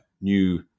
new